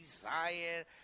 Zion